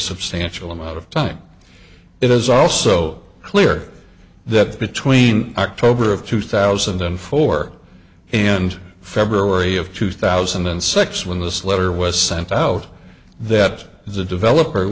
substantial amount of time it is also clear that between october of two thousand and four and february of two thousand and six when this letter was sent out that the develop